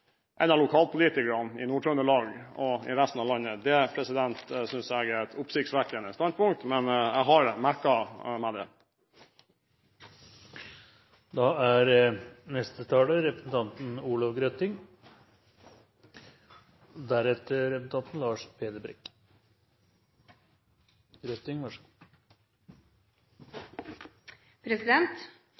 enn av lokalpolitikerne i Nord-Trøndelag og i resten av landet. Det synes jeg er et oppsiktsvekkende standpunkt, men jeg har merket meg det. Denne debatten blir lang nok, så